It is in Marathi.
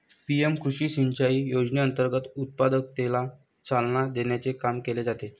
पी.एम कृषी सिंचाई योजनेअंतर्गत उत्पादकतेला चालना देण्याचे काम केले जाते